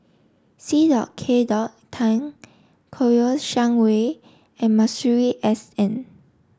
C K Tang Kouo Shang Wei and Masuri S N